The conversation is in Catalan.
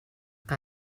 que